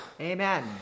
Amen